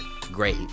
great